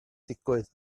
digwydd